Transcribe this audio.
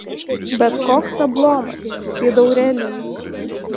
bet koks ablomas pydaurelijui